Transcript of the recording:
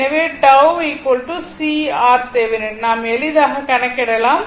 எனவே tau CRThevenin நாம் எளிதாக கணக்கிடலாம்